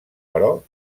però